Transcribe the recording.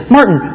Martin